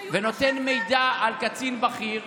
ונותן מידע על קצין בכיר,